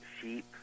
sheep